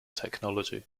technology